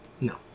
No